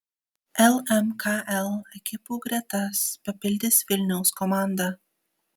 lmkl ekipų gretas papildys vilniaus komanda